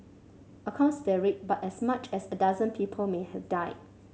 accounts varied but as much as a dozen people may have die